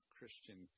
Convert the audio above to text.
Christian